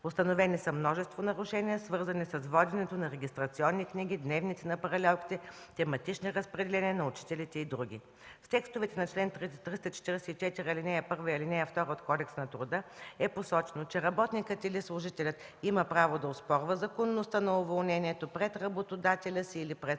Установени са множество нарушения, свързани с воденето на регистрационни книги, дневници на паралелките, тематични разпределения на учителите и други. В текстовете на чл. 344, ал. 1 и ал. 2 от Кодекса на труда е посочено, че работникът или служителят има право да оспорва законността на уволнението пред работодателя си или пред